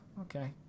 okay